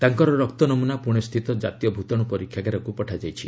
ତାଙ୍କର ରକ୍ତ ନମୁନା ପୁଣେସ୍ଥିତ ଜାତୀୟ ଭୂତାଣୁ ପରୀକ୍ଷାଗାରକୁ ପଠାଯାଇଛି